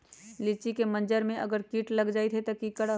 लिचि क मजर म अगर किट लग जाई त की करब?